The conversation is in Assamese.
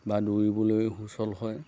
বা দৌৰিবলৈ সুচল হয়